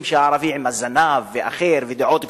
שערבי הוא עם זנב ואחר ודעות קדומות.